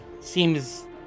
seems